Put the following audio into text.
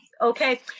okay